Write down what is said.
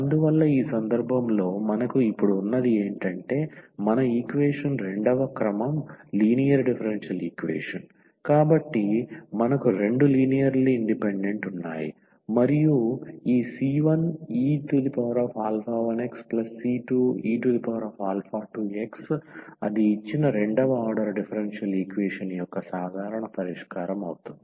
అందువల్ల ఈ సందర్భంలో మనకు ఇప్పుడు ఉన్నది ఏంటంటే మన ఈక్వేషన్ రెండవ క్రమం లీనియర్ డిఫరెన్షియల్ ఈక్వేషన్ కాబట్టి మనకు రెండు లీనియర్లీ ఇండిపెండెంట్ ఉన్నాయి మరియు ఈ c1e1xc2e2x అది ఇచ్చిన రెండవ ఆర్డర్ డిఫరెన్షియల్ ఈక్వేషన్ యొక్క సాధారణ పరిష్కారం అవుతుంది